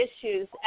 issues